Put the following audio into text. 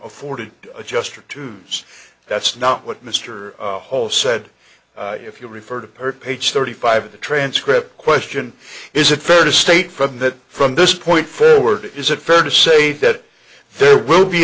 afforded adjuster to say that's not what mr hole said if you refer to per page thirty five of the transcript question is it fair to state from that from this point forward is it fair to say that there will be